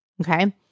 Okay